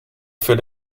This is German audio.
für